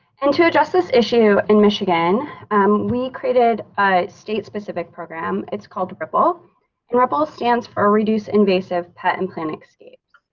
and to address this issue in michigan um we created a state specific program, it's called ripple and ripple stands for a reduce invasive pet and plant escapes,